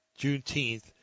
Juneteenth